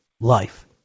life